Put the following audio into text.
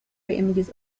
images